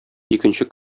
икенче